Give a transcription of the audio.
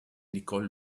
nicole